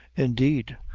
indeed,